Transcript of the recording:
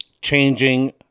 changing